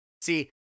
See